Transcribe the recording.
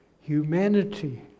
humanity